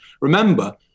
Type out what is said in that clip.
Remember